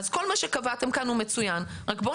כל מה שקבעתם כאן הוא מצוין אבל בואו